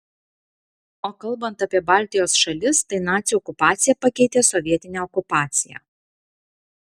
o kalbant apie baltijos šalis tai nacių okupacija pakeitė sovietinę okupaciją